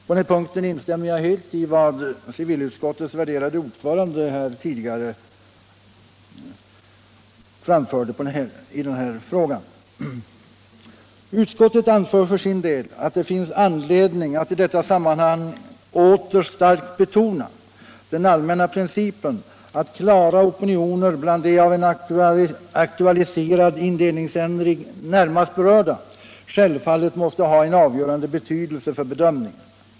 På den punkten instämmer jag helt i vad civilutskottets värderade ordförande här tidigare framfört. Utskottet anser för sin del att det finns anledning att i detta sammanhang åter starkt betona den allmänna principen att klara opinioner bland de av en aktualiserad indelningsändring närmast berörda självfallet måste ha en avgörande betydelse för bedömningen.